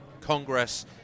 Congress